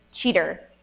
cheater